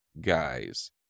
guys